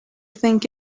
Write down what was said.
think